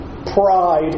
Pride